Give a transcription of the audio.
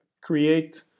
create